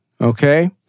Okay